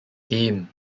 him